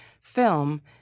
film